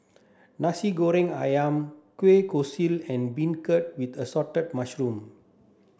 Nasi Goreng Ayam Kueh Kosui and beancurd with assorted mushroom